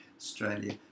Australia